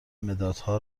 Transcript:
مدادها